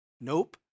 Nope